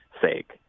sake